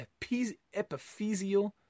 epiphyseal